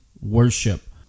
worship